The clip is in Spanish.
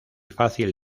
fácil